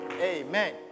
Amen